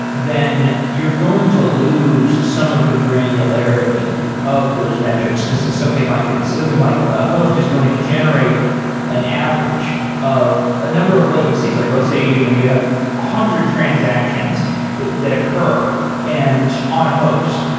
then you're going to lose some of the granularity of those metrics, because something like assuming like a host is going to generate an average of a number of latencies like let's say you you know you have a hundred transactions that occur and on a host,